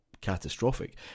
catastrophic